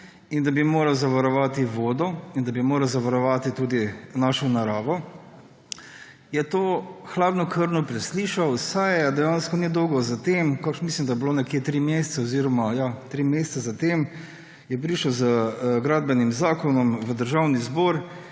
in da bi moral zavarovati vodo in da bi moral zavarovati tudi našo naravo, je to hladnokrvno preslišal. Dejansko nedolgo zatem ‒ mislim, da je bilo nekje tri mesece oziroma ja, tri mesece zatem − je prišel z Gradbenim zakonom v Državni zbor,